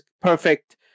perfect